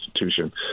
institution